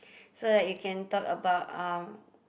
so that you can talk about um